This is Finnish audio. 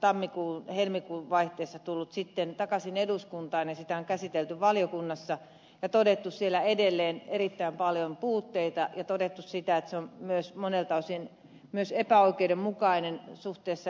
tammihelmikuun vaihteessa tullut takaisin eduskuntaan ja sitä on käsitelty valiokunnassa ja todettu siellä siinä olevan edelleen erittäin paljon puutteita ja todettu sitä että se on myös monelta osin epäoikeudenmukainen suhteessa eri työntekijöihin